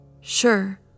Sure